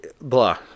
blah